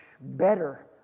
better